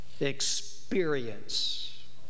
experience